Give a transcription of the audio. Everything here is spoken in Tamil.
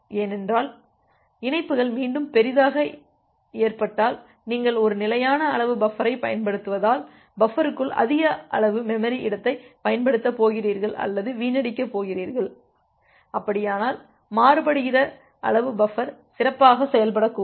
ஏனென்றால் இணைப்புகள் மீண்டும் பெரிதாக ஏற்றப்பட்டால் நீங்கள் ஒரு நிலையான அளவு பஃபரைப் பயன்படுத்துவதால் பஃபருக்குள் அதிக அளவு மெமரி இடத்தைப் பயன்படுத்தப் போகிறீர்கள் அல்லது வீணடிக்கப் போகிறீர்கள் அப்படியானால் மாறுபடுகிற அளவு பஃபர் சிறப்பாக செயல்படக்கூடும்